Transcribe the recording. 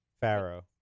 Pharaoh